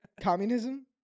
Communism